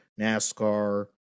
NASCAR